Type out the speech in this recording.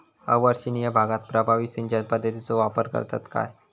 अवर्षणिय भागात प्रभावी सिंचन पद्धतीचो वापर करतत काय?